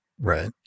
right